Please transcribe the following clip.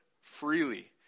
freely